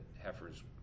heifers